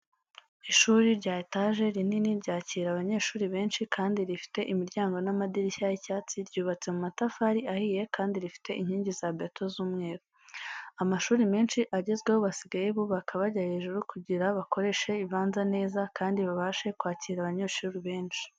Ishuri rya etaje rinini ryakira abanyeshuri benshi kandi rifite imiryango n'amadirishya y'icyatsi, ryubatse mu matafari ahiye kandi rifite inkingi za beto z'umweru. Amashuri menshi agezweho basigaye bubaka bajya hejuru kugira bakoreshe ibibanza neza kandi babashe kwakira abanyeshuri benshi.